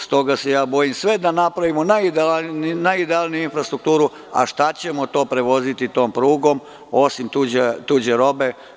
S toga se bojim, sve da napravimo najidealniju infrastrukturu, šta ćemo prevoziti tom prugom osim tuđe robe?